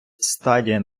стадія